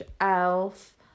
Elf